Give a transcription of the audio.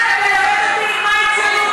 אל תלמד אותי מהי ציונות,